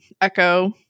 echo